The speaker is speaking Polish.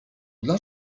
dla